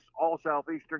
All-Southeastern